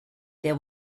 there